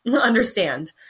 understand